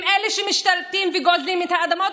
הם אלה שמשתלטים וגוזלים את האדמות,